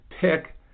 pick